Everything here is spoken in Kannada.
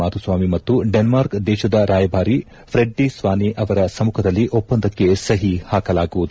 ಮಾಧುಸ್ವಾಮಿ ಮತ್ತು ಡೆನ್ತಾರ್ಕ್ ದೇಶದ ರಾಯಭಾರಿ ಫ್ರೆಡ್ಡಿ ಸ್ವಾನೆ ಅವರ ಸಮ್ಮಖದಲ್ಲಿ ಒಪ್ಪಂದಕ್ಕೆ ಸಹಿ ಹಾಕಲಾಗುವುದು